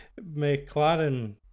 McLaren